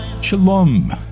Shalom